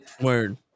Word